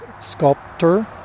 Sculptor